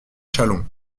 chalon